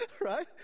Right